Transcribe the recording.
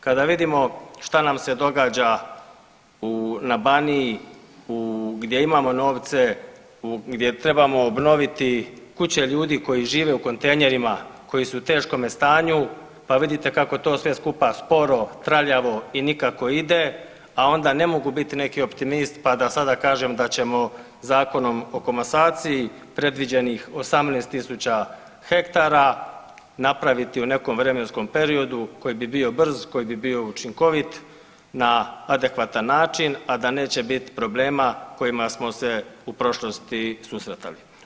Kada vidimo šta nam se događa na Baniji gdje imamo novce, gdje trebamo obnoviti kuće ljudi koji žive u kontejnerima koji su u teškome stanju pa vidite kako je to sve skupa sporo, traljavo i nikako ide, a onda ne mogu biti neki optimist pa da sada kažem da ćemo Zakonom o komasaciji predviđenih 18.000 hektara napraviti u nekom vremenskom periodu koji bi bio brz, koji bi bio učinkovit na adekvatan način, a da neće bit problema kojima smo se u prošlosti susretali.